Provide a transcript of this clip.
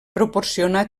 proporcionà